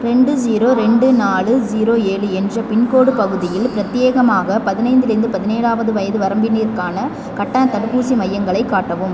ரெண்டு ஜீரோ ரெண்டு நாலு ஜீரோ ஏழு என்ற பின்கோடு பகுதியில் பிரத்யேகமாக பதினைந்துலேருந்து பதினேழாவது வயது வரம்பினருக்கான கட்டணத் தடுப்பூசி மையங்களை காட்டவும்